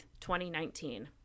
2019